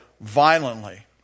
violently